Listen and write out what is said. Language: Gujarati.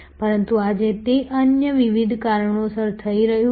પરંતુ આજે તે અન્ય વિવિધ કારણોસર થઈ રહ્યું છે